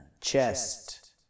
chest